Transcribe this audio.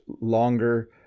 longer